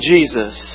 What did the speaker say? Jesus